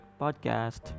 podcast